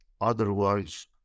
otherwise